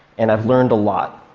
and i've learned a lot.